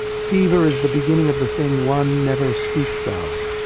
fever is the beginning of the thing one never speaks of.